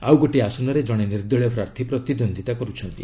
ଆଉ ଗୋଟିଏ ଆସନରେ କଣେ ନିର୍ଦ୍ଦଳୀୟ ପ୍ରାର୍ଥୀ ପ୍ରତିଦ୍ୱନ୍ଦିତା କରୁଛନ୍ତି